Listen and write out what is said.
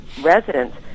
residents